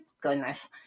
goodness